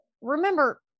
remember